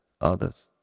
others